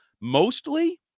mostly